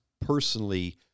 personally